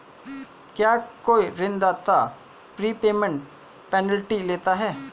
क्या कोई ऋणदाता प्रीपेमेंट पेनल्टी लेता है?